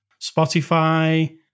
Spotify